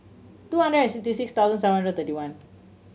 two hundred and sixty six thousand seven hundred thirty one